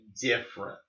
different